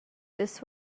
this